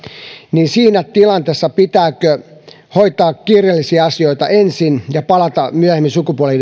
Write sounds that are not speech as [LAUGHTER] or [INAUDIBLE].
pitääkö siinä tilanteessa hoitaa kiireellisiä asioita ensin ja palata myöhemmin sukupuoli [UNINTELLIGIBLE]